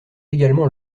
également